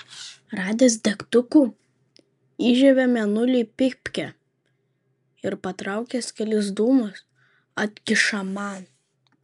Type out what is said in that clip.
radęs degtukų įžiebia manueliui pypkę ir patraukęs kelis dūmus atkiša man